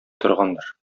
торгандыр